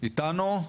אתה איתנו?